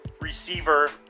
receiver